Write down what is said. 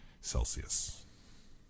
Celsius